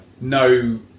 no